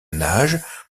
nage